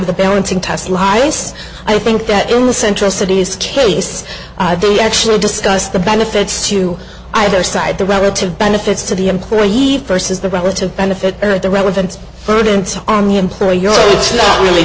of the balancing test lie i think that in the central cities case the actual discuss the benefits to either side the relative benefits to the employer he versus the relative benefit or the relevant burden so on the employer you're it's not really